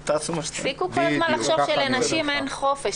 תפסיקו כל הזמן לחשוב שלנשים אין חופש.